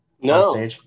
No